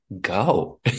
go